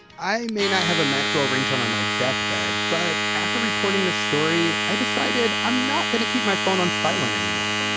i may not have a maxwell ringtone on my deathbed, but after reporting this story, i decided i'm not going to keep my phone on silent anymore.